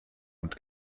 und